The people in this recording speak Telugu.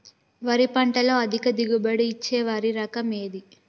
వరి పంట లో అధిక దిగుబడి ఇచ్చే వరి రకం ఏది?